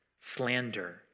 slander